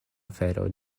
afero